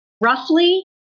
Roughly